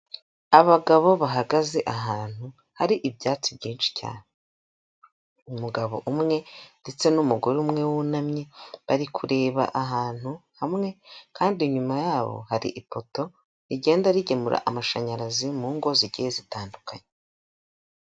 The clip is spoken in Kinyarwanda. Abagabo bahagaze ahantu hari ibyatsi byinshi cyane. Umugabo umwe ndetse n'umugore umwe wunamye bari kureba ahantu hamwe, kandi inyuma yabo hari ipoto rigenda rigemura amashanyarazi mu ngo zigiye zitandukanye.